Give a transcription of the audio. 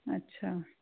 अच्छा